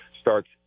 starts